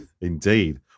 Indeed